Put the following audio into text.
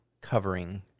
covering